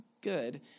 good